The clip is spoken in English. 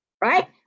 right